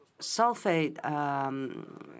sulfate